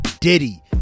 Diddy